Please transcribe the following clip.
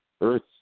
Earth